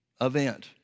event